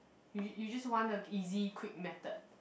you you just want the easy quick method